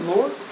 Lord